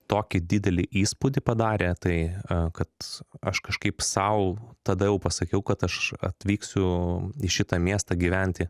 tokį didelį įspūdį padarė tai kad aš kažkaip sau tada jau pasakiau kad aš atvyksiu į šitą miestą gyventi